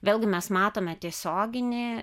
vėlgi mes matome tiesioginį